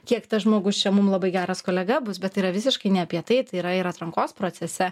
kiek tas žmogus čia mum labai geras kolega bus bet yra visiškai ne apie tai tai yra ir atrankos procese